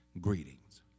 greetings